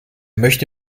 möchte